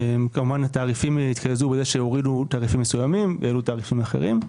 התעריפים התקזזו בגלל שהורידו תעריפים מסוימים והעלו תעריפים אחרים,